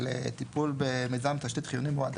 על טיפול במיזם תשתית חיוני מועדף.